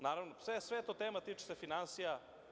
Naravno, sve je to tema, tiče se finansija.